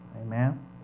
Amen